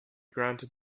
granted